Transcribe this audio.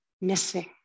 missing